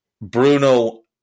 Bruno